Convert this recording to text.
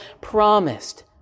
promised